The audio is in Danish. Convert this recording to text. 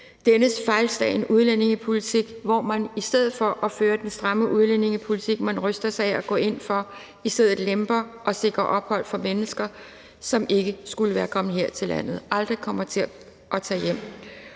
dennes fejlslagne udlændingepolitik, hvor man i stedet for at føre den stramme udlændingepolitik, man bryster sig af og går ind for, lemper og sikrer ophold for mennesker, som ikke skulle være kommet her til landet, men som aldrig kommer til at tage hjem.